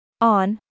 On